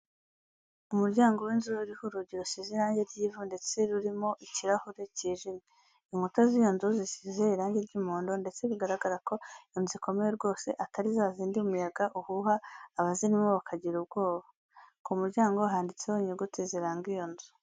Umuryango w'inzu uriho urugi rusize irange ry'ivu ndetse rurimo ikirahure kijimye. Inkuta z'iyo nzu zisize irange ry'umuhondo ndetse bigaragara ko iyo nzu ikomeye rwosd atari za zindi umyaga uhuha abazirimo bakagira ubwoba. Ku muryango handitseho inyuguti ziranga iyo nzu.